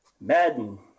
Madden